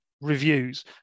reviews